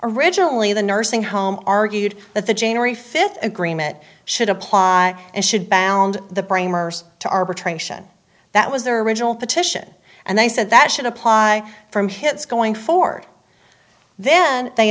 originally the nursing home argued that the january fifth agreement should apply and should bound the bramer to arbitration that was their original petition and they said that should apply from hits going forward then they